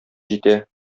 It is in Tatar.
җитә